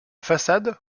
façade